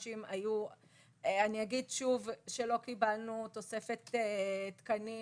אני אגיד שוב שלא קבלנו תוספת תקנים